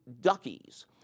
Duckies